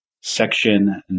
Section